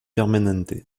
permanente